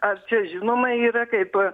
ar čia žinoma yra kai tuo